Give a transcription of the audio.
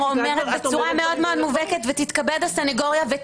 את אומרת דברים לא נכונים.